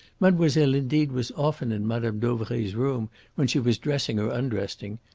mademoiselle indeed was often in madame dauvray's room when she was dressing or undressing.